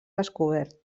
descobert